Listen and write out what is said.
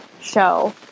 show